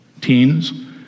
teens